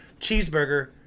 cheeseburger